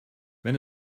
wenn